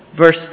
Verse